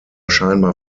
scheinbar